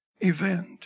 event